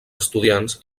estudiants